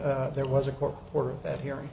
a there was a court order that hearing